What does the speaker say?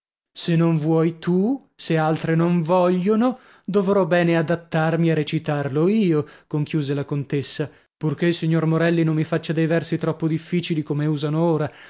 se non vuoi tu se altre non vogliono dovrò bene adattarmi a recitarlo io conchiuse la contessa purchè il signor morelli non mi faccia dei versi troppo difficili come usano ora